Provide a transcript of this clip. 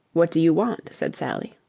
what do you want? said sally.